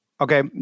Okay